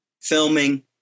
filming